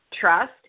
trust